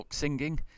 Singing